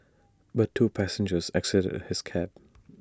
but two passengers exited his cab